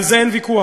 על זה אין ויכוח.